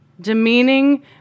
demeaning